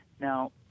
Now